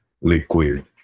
Liquid